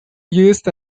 used